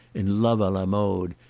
in love a la mode,